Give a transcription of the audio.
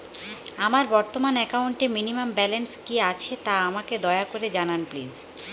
আমার বর্তমান একাউন্টে মিনিমাম ব্যালেন্স কী আছে তা আমাকে দয়া করে জানান প্লিজ